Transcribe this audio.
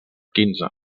quinze